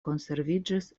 konserviĝis